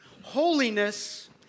Holiness